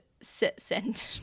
send